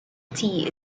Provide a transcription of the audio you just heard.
tea